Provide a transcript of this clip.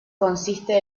consiste